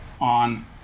on